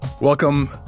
Welcome